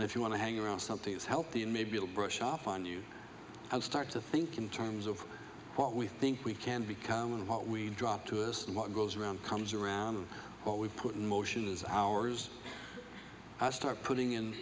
and if you want to hang around something is healthy and maybe i'll brush up on you i'll start to think in terms of what we think we can become and what we drop to us and what goes around comes around what we put in motion is ours i start putting in